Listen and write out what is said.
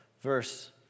verse